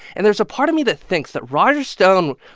and there's a part of me that thinks that roger stone,